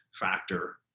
factor